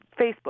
Facebook